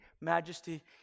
majesty